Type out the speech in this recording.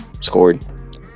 scored